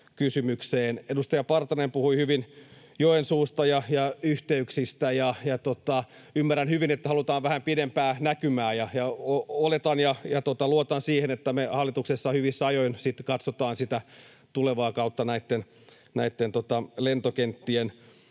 Edustaja Partanen puhui hyvin Joensuusta ja yhteyksistä. Ymmärrän hyvin, että halutaan vähän pidempää näkymää, ja oletan ja luotan siihen, että me hallituksessa hyvissä ajoin sitten katsotaan sitä tulevaa kautta näitten lentokenttien osalta.